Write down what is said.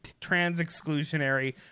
trans-exclusionary